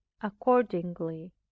accordingly